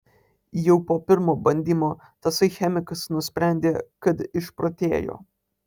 jau po pirmo bandymo tasai chemikas nusprendė kad išprotėjo